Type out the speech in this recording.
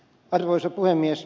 arvoisa puhemies